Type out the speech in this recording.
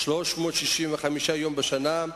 365 יום בשנה,